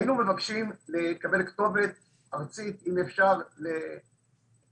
היינו רוצים לקבל כתובת ארצית אם אפשר לערעורים,